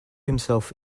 himself